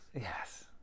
Yes